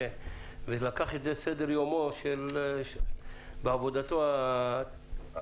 ולקח את זה על סדר יומו בעבודתו בתקשורת.